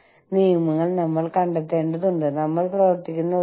നമ്മൾ പ്രധാനമായും സമാന സംസ്കാരങ്ങളുള്ള ആളുകളെക്കുറിച്ച് സംസാരിക്കുന്നു